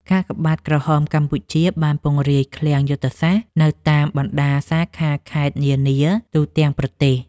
កាកបាទក្រហមកម្ពុជាបានពង្រាយឃ្លាំងយុទ្ធសាស្ត្រនៅតាមបណ្ដាសាខាខេត្តនានាទូទាំងប្រទេស។